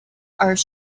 are